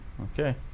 Okay